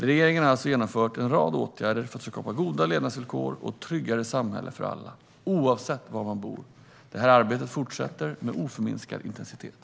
Regeringen har alltså genomfört en rad åtgärder för att skapa goda levnadsvillkor och ett tryggare samhälle för alla, oavsett var man bor. Det här arbetet fortsätter med oförminskad intensitet.